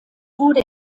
wurde